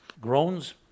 groans